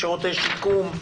שירותי שיקום.